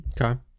Okay